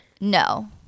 No